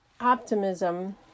optimism